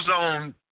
zone